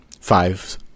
five